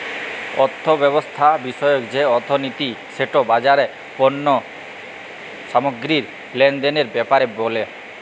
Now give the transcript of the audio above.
অথ্থব্যবস্থা বিষয়ক যে অথ্থলিতি সেট বাজারে পল্য সামগ্গিরি লেলদেলের ব্যাপারে ব্যলে